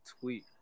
tweet